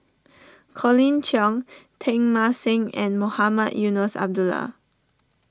Colin Cheong Teng Mah Seng and Mohamed Eunos Abdullah